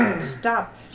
stop